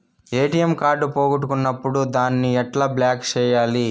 ATM card పోగొట్టుకున్నప్పుడు దాన్ని ఎట్లా బ్లాక్ సేయాలి